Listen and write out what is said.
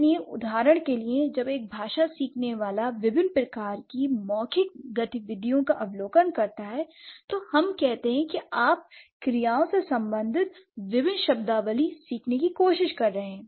इसलिए उदाहरण के लिए जब एक भाषा सीखने वाला विभिन्न प्रकार की मौखिक गतिविधियों का अवलोकन करता है तो हम कहते हैं कि आप क्रियाओं से संबंधित विभिन्न शब्दावली सीखने की कोशिश कर रहे हैं